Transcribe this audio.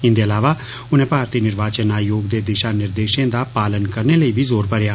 इन्दे अलावा उनें भारतीय निर्वाचन आयोग दे दिषा निर्देषें दा पालन करने लेई बी जोर भरेया